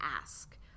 ask